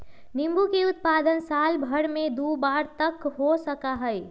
नींबू के उत्पादन साल भर में दु बार तक हो सका हई